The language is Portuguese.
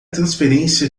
transferência